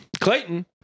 Clayton